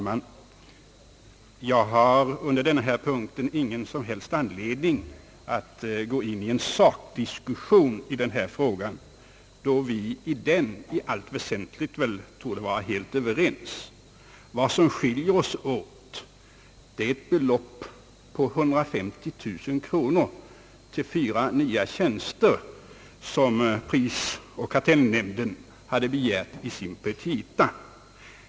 Herr talman! Jag har ingen som helst anledning att gå in i en sakdiskussion i den här frågan, då vi är helt överens i det väsentliga. Vad som skiljer utskottsmajoriteten från reservanterna är ett belopp på 150 000 kronor till fyra nya tjänster som prisoch kartellnämnden begärt i sina petita.